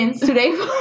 today